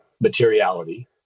materiality